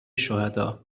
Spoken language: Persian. شهداء